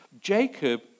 Jacob